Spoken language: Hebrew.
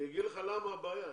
אני אגיד לך למה הבעיה.